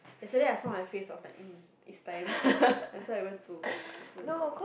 yesterday I saw my face is like mm is time that why I went to put the